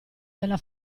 della